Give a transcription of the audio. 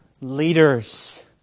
leaders